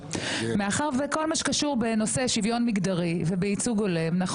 מאחר וכל מה שקשור בנושא שוויון מגדרי ובייצוג הולם נמצא שם.